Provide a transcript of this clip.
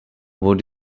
what